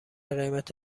قیمت